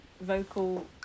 vocal